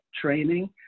training